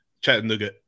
Chattanooga